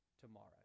tomorrow